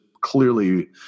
clearly